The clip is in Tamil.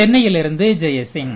செ ன்னையிலிருந்துஜெயசிங்